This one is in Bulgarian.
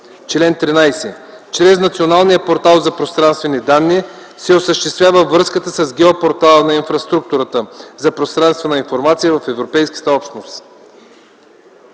„Чл. 13. Чрез Националния портал за пространствени данни се осъществява връзката с геопортала на инфраструктурата за пространствена информация в Европейската общност.”